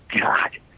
God